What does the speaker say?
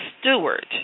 Stewart